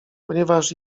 ponieważ